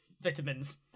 vitamins